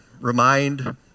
remind